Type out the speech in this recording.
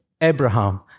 Abraham